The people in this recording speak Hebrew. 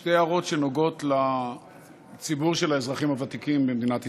שתי הערות שנוגעות לציבור של האזרחים הוותיקים במדינת ישראל.